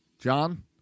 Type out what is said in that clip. john